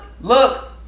look